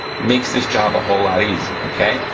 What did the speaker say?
makes this job a whole lots easier, okay?